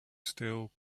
still